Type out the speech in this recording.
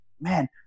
man